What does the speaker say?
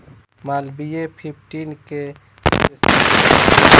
Malviya fifteen के विशेषता का होला?